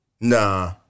Nah